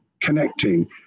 connecting